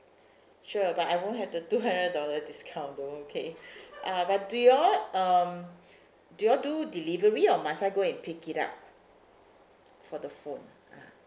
sure but I won't have the two hundred dollar discount though okay uh but do you all um do y'all do delivery or must I go and pick it up for the phone uh